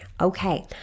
okay